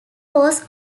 cause